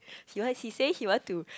he want he say he want to